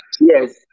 Yes